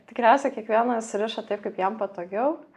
tikriausiai kiekvienas riša taip kaip jam patogiau